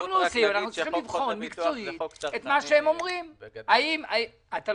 אנחנו צריכים לבחון מקצועית את מה שהם אומרים, האם